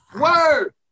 Word